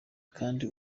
kandi